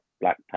black